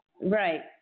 Right